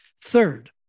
Third